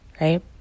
right